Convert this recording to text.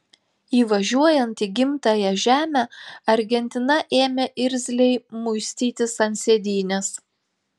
įvažiuojant į gimtąją žemę argentina ėmė irzliai muistytis ant sėdynės